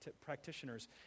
practitioners